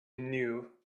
knew